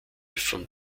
von